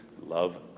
love